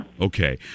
Okay